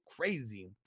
crazy